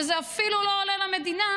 וזה אפילו לא עולה למדינה,